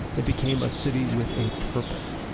it became a city with a purpose.